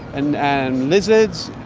and and lizards,